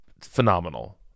phenomenal